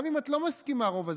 גם אם את לא מסכימה רוב הזמן.